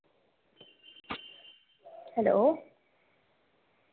hello